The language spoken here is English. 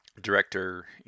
director